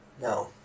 No